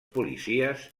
policies